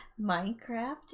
Minecraft